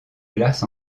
glace